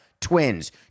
Twins